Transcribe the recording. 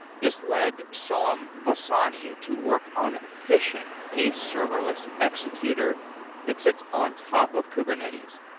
this led soam vasani to work on fission, a serverless executor that sits on top of kubernetes.